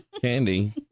candy